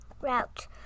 route